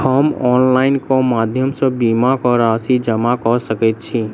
हम ऑनलाइन केँ माध्यम सँ बीमा केँ राशि जमा कऽ सकैत छी?